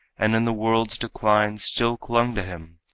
and in the world's decline still clung to him,